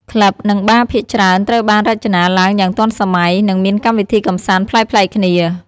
ក្លឹប និងបារភាគច្រើនត្រូវបានរចនាឡើងយ៉ាងទាន់សម័យ និងមានកម្មវិធីកម្សាន្តប្លែកៗគ្នា។